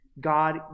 God